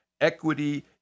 equity